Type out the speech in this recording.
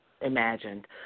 imagined